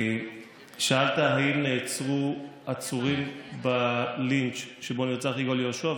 שאלת אם נעצרו עצורים בלינץ' שבו נרצח יגאל יהושע,